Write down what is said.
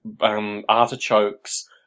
artichokes